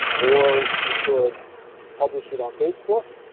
or you could publish it on facebook